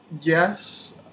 yes